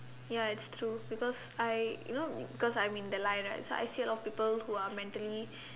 ya it's true because I you know because I'm in the line right so I see a lot of people who are mentally